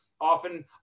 Often